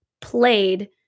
played